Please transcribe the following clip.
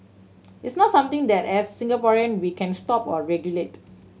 it's not something that as Singaporean we can stop or regulate